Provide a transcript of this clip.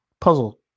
puzzle